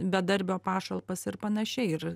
bedarbio pašalpas ir pan ir